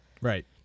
right